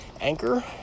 Anchor